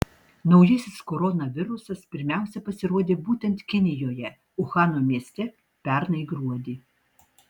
naujasis koronavirusas pirmiausia pasirodė būtent kinijoje uhano mieste pernai gruodį